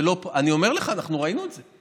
אני אומר לך, אנחנו ראינו את זה.